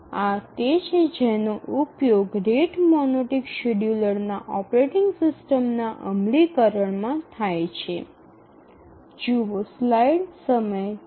આ તે છે જેનો ઉપયોગ રેટ મોનોટિક શેડ્યુલરના ઓપરેટિંગ સિસ્ટમના અમલીકરણમાં થાય છે